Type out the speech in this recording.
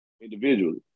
individually